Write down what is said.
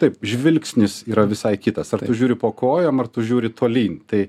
taip žvilgsnis yra visai kitas ar tu žiūri po kojom ar tu žiūri tolyn tai